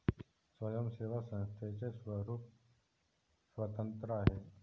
स्वयंसेवी संस्थेचे स्वरूप स्वतंत्र आहे